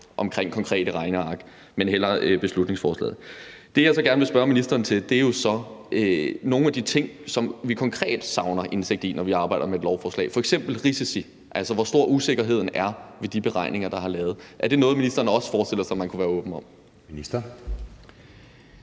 om konkrete regneark. Det, jeg gerne vil spørge ministeren til, er jo så nogle af de ting, som vi konkret savner indsigt i, når vi arbejder med et lovforslag, f.eks. risici, altså hvor stor usikkerheden er ved de beregninger, der er lavet. Er det også noget, ministeren forestiller sig man kunne være åben om?